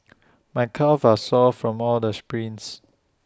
my calves are sore from all the sprints